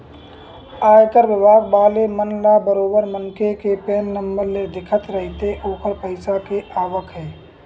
आयकर बिभाग वाले मन ल बरोबर मनखे के पेन नंबर ले दिखत रहिथे ओखर पइसा के आवक ह